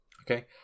okay